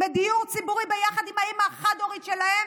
מהדיור הציבורי ביחד עם האימא החד-הורית שלהם,